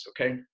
okay